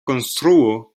konstruo